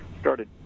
started